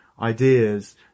ideas